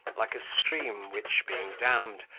like a stream, which, being dammed,